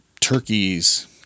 turkeys